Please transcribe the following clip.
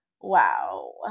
Wow